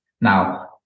Now